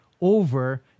over